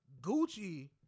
Gucci